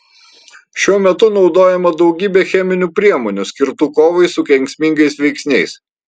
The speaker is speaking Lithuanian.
šiuo metu naudojama daugybė cheminių priemonių skirtų kovai su kenksmingais veiksniais